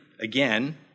again